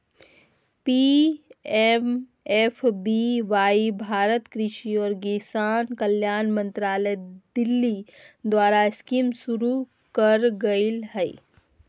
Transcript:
PMFBY Bharat कृषि और किसान कल्याण मंत्रालय दिल्ली द्वारास्कीमशुरू करल गेलय हल